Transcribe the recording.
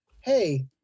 hey